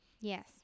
Yes